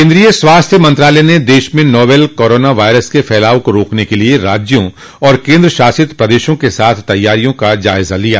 केन्द्रीय स्वास्थ्य मंत्रालय ने देश में नोवेल कोरोना वायरस के फैलाव को रोकने के लिए राज्यों और केन्द्र शासित प्रदेशों के साथ तैयारियों का जायजा लिया